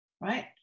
right